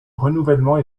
renouvellement